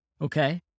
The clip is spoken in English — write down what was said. Okay